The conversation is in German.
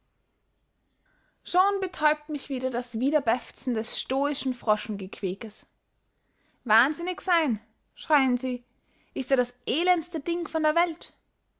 schon betäubt mich wieder das widerbefzen des stoischen froschengequäkes wahnsinnig seyn schreien sie ist ja das elendeste ding von der welt